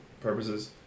purposes